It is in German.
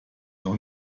noch